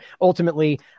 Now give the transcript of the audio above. ultimately